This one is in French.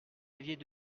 aviez